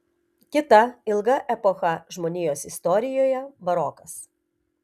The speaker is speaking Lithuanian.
kita ilga epocha žmonijos istorijoje barokas